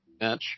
match